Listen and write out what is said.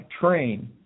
train